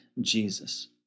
Jesus